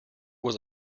was